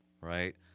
right